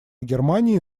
германии